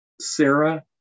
Sarah